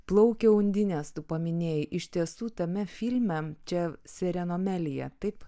plaukia undinės tu paminėjai iš tiesų tame filme čia sirenoamelija taip